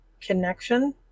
connection